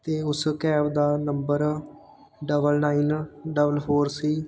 ਅਤੇ ਉਸ ਕੈਬ ਦਾ number double nine double four ਸੀ